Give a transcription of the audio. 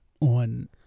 on